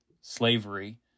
slavery